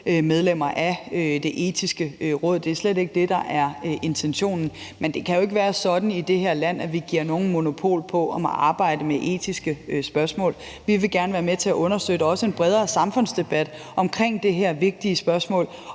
medlemmer af Det Etiske Råd. Det er slet ikke det, der er intentionen. Men det kan jo ikke være sådan i det her land, at vi giver nogle monopol på at måtte arbejde med etiske spørgsmål. Vi vil gerne være med til at understøtte også en bredere samfundsdebat om det her vigtige spørgsmål,